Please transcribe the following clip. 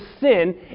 sin